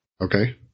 Okay